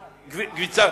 איך קוראים לה?